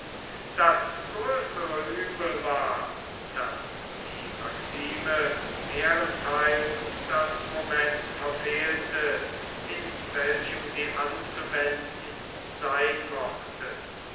das größere uebel war daß die maxime mehrentheils das moment verfehlte in welchem sie anzuwenden sein mochte